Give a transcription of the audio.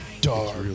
dark